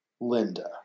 Linda